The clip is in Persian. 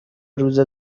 روزه